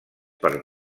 per